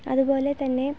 അതുപോലെത്തന്നെ